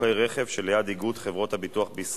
מי נמנע?